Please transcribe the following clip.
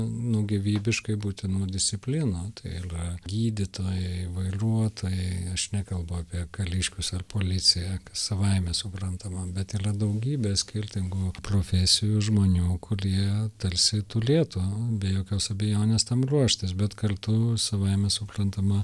nu gyvybiškai būtinų disciplinų tai yra gydytojai vairuotojai aš nekalbu apie kariškius ar policiją kas savaime suprantama bet yra daugybė skirtingų profesijų žmonių kurie tarsi turėtų be jokios abejonės tam ruoštis bet kartu savaime suprantama